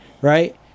right